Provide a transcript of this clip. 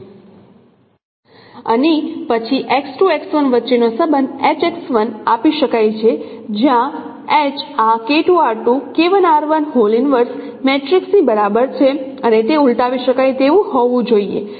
અને પછી વચ્ચેનો સંબંધ આપી શકાય છે જ્યાં H આ મેટ્રિક્સની બરાબર છે અને તે ઉલટાવી શકાય તેવું હોવું જોઈએ